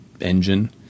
engine